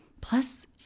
Plus